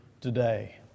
today